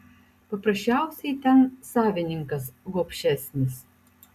paprasčiausiai ten savininkas gobšesnis